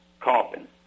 Coffin